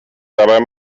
dabei